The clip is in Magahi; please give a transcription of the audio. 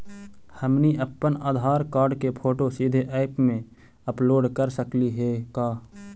हमनी अप्पन आधार कार्ड के फोटो सीधे ऐप में अपलोड कर सकली हे का?